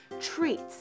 treats